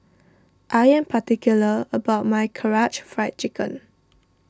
I am particular about my Karaage Fried Chicken